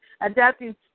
adapting